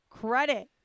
credit